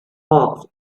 hawks